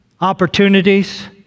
opportunities